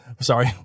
Sorry